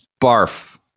Barf